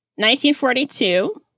1942